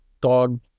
dog